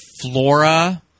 Flora